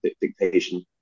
dictation